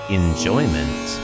enjoyment